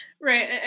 Right